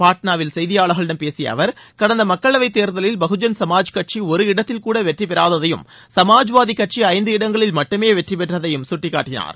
பாட்னாவில் செய்தியாளர்களிடம் பேசிய அவர் கடந்த மக்களவைத் தேர்தலில் பகுஜன் சமாஜ் கட்சி ஒரு இடத்தில் கூட வெற்றி பெறாததையும் சமாஜ்வாதி கூட்சி ஐந்து இடங்களில் மட்டுமே வெற்றி பெற்றதையும் சுட்டிக்காட்டி னார்